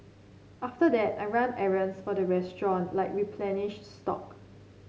after that I run errands for the restaurant like replenish stock